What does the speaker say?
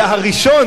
היה הראשון